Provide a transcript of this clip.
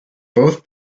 both